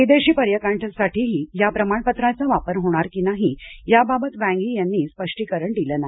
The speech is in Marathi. विदेशी पर्याटकांसाठीही या प्रमाणपत्राचा वापर होणार की नाही याबाबत वँग यी यांनी स्पष्टीकरण दिलं नाही